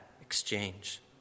exchange